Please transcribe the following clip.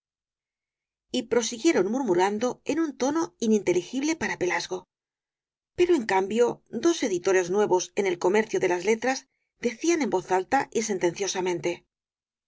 y prosiguieron murmurando en un tono ininteligible para pelasgo pero en cambio dos editores nuevos en el comercio de las letras decían en voz alta y